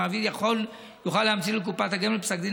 מעביד יוכל להמציא לקופת הגמל פסק דין